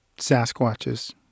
Sasquatches